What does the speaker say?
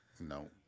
No